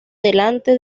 delante